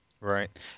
Right